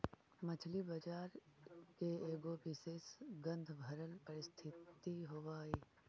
मछली बजार के एगो विशेष गंधभरल परिस्थिति होब हई